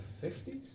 fifties